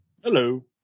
hello